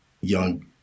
young